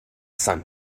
sun